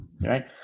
Right